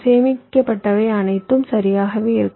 சேமிக்கப்பட்டவை அனைத்தும் சரியாகவே இருக்கும்